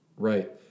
Right